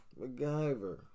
MacGyver